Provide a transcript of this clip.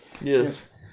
Yes